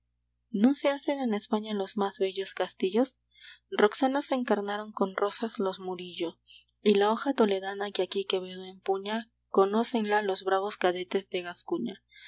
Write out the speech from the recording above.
no se hacen en españa los más bellos castillos roxanas encarnaron con rosas los murillo y la hoja toledana que aquí quevedo empuña conócenla los bravos cadetes de gascuña